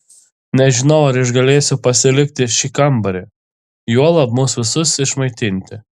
nežinau ar išgalėsiu pasilikti šį kambarį juolab mus visus išmaitinti